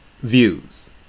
views